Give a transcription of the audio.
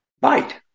bite